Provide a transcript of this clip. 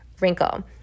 wrinkle